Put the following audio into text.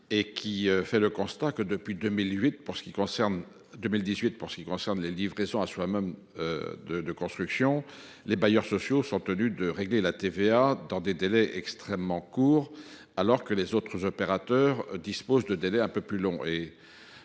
Nous avons constaté que, depuis 2018, pour ce qui concerne les livraisons à soi même, les bailleurs sociaux étaient tenus de régler la TVA dans des délais extrêmement courts, alors que les autres opérateurs disposent de délais un peu plus longs